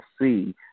see